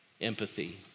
empathy